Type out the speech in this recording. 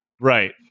Right